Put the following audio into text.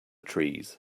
trees